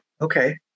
okay